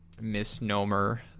Misnomer